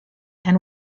and